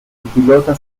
pilota